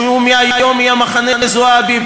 שהוא מהיום יהיה מחנה זועבי,